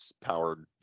powered